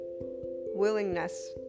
willingness